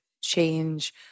change